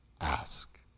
ask